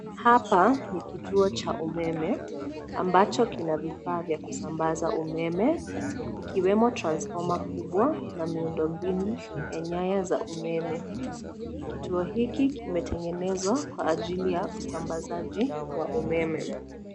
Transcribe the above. Hapa ni kituo cha umeme ambacho kina vifaa vya kusambaza umeme ikiwemo transformer kubwa na miundo mbinu ya nyaya za umeme. Kituo hiki kimetengenezwa kwa ajili ya usambazaji wa umeme.